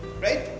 right